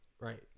right